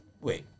wait